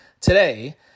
today